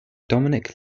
dominic